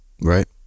right